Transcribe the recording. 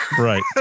Right